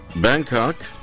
Bangkok